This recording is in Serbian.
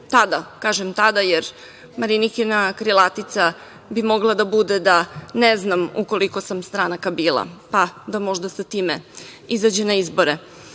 Tada, kažem tada, jer Marinikina krilatica bi mogla da bude da ne znam u koliko sam stranaka bila. Pa, možda sa time da izađe na izbore. Kada